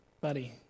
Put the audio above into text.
buddy